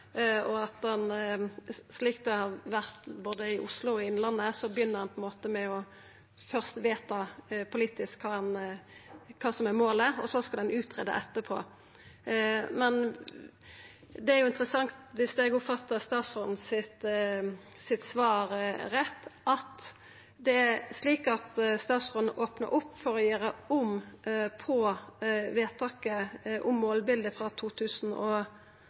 Slik det har vore i både Oslo og Innlandet, begynner ein på ein måte med å vedta politisk kva som er målet, og så skal ein utgreia etterpå. Det er interessant viss eg oppfatta statsråden sitt svar rett – at det er slik at statsråden opnar opp for å gjera om på vedtaket om målbildet frå